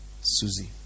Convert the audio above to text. Susie